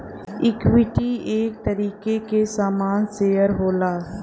equity एक तरीके के सामान शेअर होला